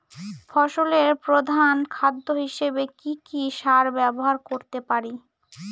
ফসলের প্রধান খাদ্য হিসেবে কি কি সার ব্যবহার করতে পারি?